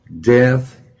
Death